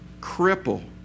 cripple